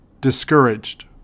discouraged